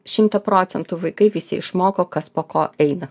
šimta procentų vaikai visi išmoko kas po ko eina